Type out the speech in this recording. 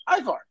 Ivar